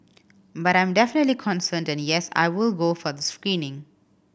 but I'm definitely concerned and yes I will go for the screening